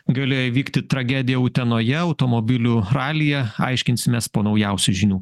galėjo įvykti tragedija utenoje automobilių ralyje aiškinsimės po naujausių žinių